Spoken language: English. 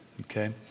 okay